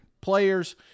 players